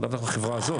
לאו דווקא החברה הזאת.